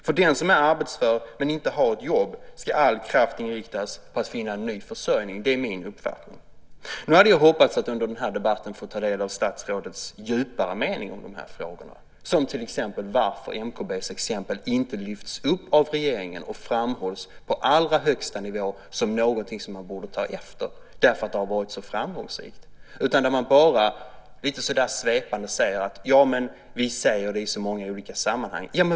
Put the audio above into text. För den som är arbetsför men inte har ett jobb ska all kraft inriktas på att finna en ny försörjning. Det är min uppfattning. Nu hade jag hoppats att under den här debatten få ta del av statsrådets djupare mening i de här frågorna. Det gäller till exempel varför MKB:s exempel inte lyfts upp av regeringen och framhålls på allra högsta nivå som någonting som man borde ta efter därför att det har varit så framgångsrikt. Man säger bara lite svepande: Men vi säger det i så många olika sammanhang.